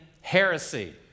heresy